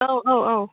औ औ औ